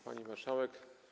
Pani Marszałek!